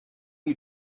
you